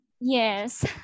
Yes